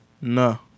No